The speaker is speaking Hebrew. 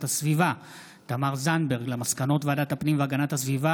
הסביבה תמר זנדברג על מסקנות ועדת הפנים והגנת הסביבה